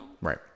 right